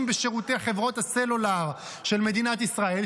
בשירותי חברות הסלולר של מדינת ישראל,